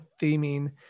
theming